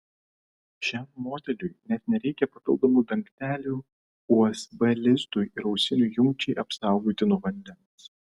šiam modeliui net nereikia papildomų dangtelių usb lizdui ir ausinių jungčiai apsaugoti nuo vandens